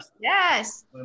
Yes